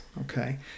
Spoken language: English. Okay